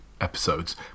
episodes